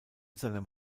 seinem